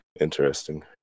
Interesting